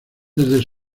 desde